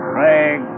Craig